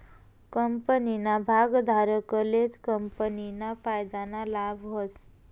कंपनीना भागधारकलेच कंपनीना फायदाना लाभ व्हस